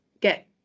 get